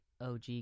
OG